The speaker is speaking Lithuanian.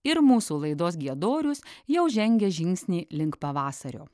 ir mūsų laidos giedorius jau žengia žingsnį link pavasario